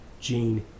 gene